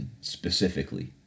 specifically